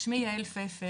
שמי יעל פפר,